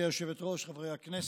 גברתי היושבת-ראש, חברי הכנסת,